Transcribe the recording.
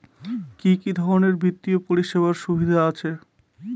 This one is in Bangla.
কি কি ধরনের বিত্তীয় পরিষেবার সুবিধা আছে?